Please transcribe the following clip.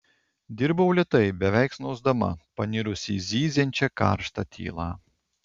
dirbau lėtai beveik snausdama panirusi į zyziančią karštą tylą